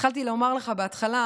התחלתי לומר לך בהתחלה,